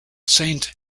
saint